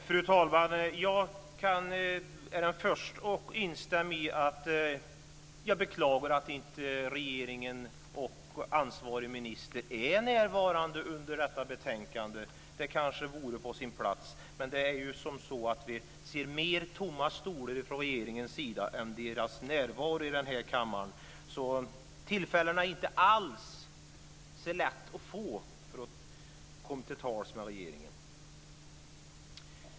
Fru talman! Jag är den förste att beklaga att inte ansvarig minister är närvarande vid behandlingen av detta betänkande. Det vore på sin plats, men vi ser fler tomma stolar vid regeringsbänkarna än närvarande statsråd i kammaren. Det är inte alls så lätt att komma till tals med regeringen.